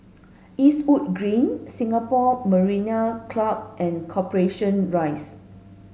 Eastwood Green Singapore Mariner Club and Corporation Rise